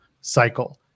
cycle